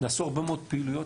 נעשו הרבה מאוד פעילויות,